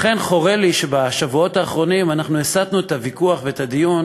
לכן חורה לי שבשבועות האחרונים אנחנו הסטנו את הוויכוח ואת הדיון